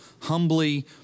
humbly